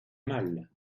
mal